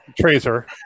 tracer